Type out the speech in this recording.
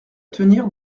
tenir